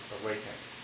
awakening